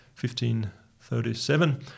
1537